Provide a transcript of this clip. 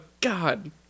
God